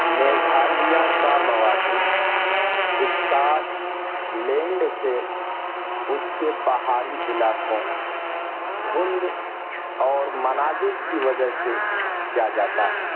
میگھالیہ کا موازنہ Scotland سے اس کے پہاڑی علاقوں دھند اور مناظر کی وجہ سے کیا جاتا ہے